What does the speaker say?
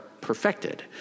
perfected